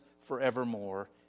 forevermore